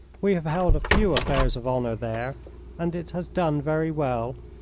we have held a few affairs of honour there and it has done very well.